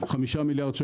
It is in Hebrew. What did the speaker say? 5 מיליארד ₪